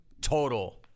total